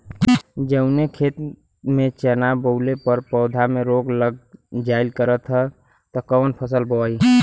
जवने खेत में चना बोअले पर पौधा में रोग लग जाईल करत ह त कवन फसल बोआई?